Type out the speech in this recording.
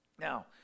Now